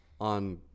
on